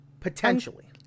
Potentially